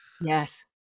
Yes